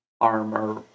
armor